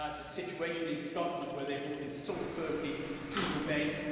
ah the situation in scotland, where they voted so firmly to remain,